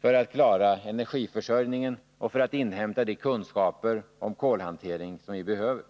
för att klara energiförsörjningen och för att inhämta de kunskaper om kolhantering vi behöver.